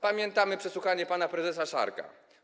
Pamiętamy przesłuchanie pana prezesa Szarka.